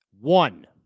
One